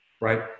right